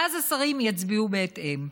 ואז השרים יצביעו בהתאם.